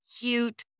cute